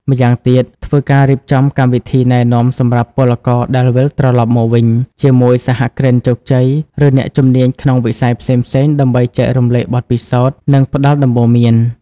ម្យ៉ាងទៀតធ្វើការរៀបចំកម្មវិធីណែនាំសម្រាប់ពលករដែលវិលត្រឡប់មកវិញ ជាមួយសហគ្រិនជោគជ័យឬអ្នកជំនាញក្នុងវិស័យផ្សេងៗដើម្បីចែករំលែកបទពិសោធន៍ និងផ្តល់ដំបូន្មាន។